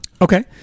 Okay